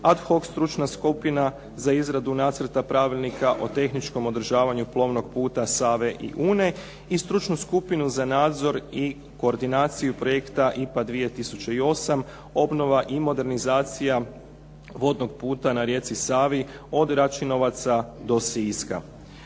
ad hoc stručna skupina za izradu nacrta pravilnika o tehničkom održavanju plovnog puta Save i Une, i stručnu skupinu za nadzor i koordinaciju projekta IPA 2008 obnova i modernizacija vodnog puta na rijeci Savi od Račinovaca do Siska.